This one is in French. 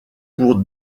pour